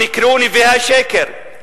שנקראו נביאי השקר,